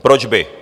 Proč by?